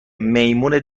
میمون